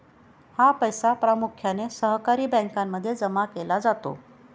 हा पैसा प्रामुख्याने सहकारी बँकांमध्ये जमा केला जातो